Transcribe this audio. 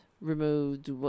removed